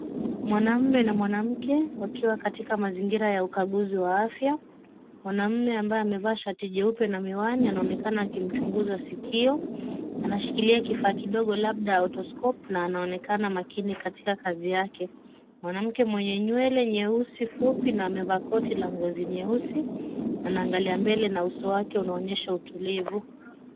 Mwanamume na mwanamke wakiwa katika mazingira ya ukaguzi wa afya, mwanamume ambaye amevaa shati jeupe na miwani anaonekana akimchunguza sikio, anashikilia kifaa kidogo labda otoscope na anaonekana makini katika kazi yake. Mwanamke mwenye nywele nyeusi fupi na amevaa koti la ngozi nyeusi anaangalia mbele na uso wake unaonyesha utulivu.